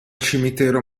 cimitero